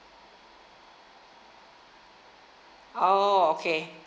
oh okay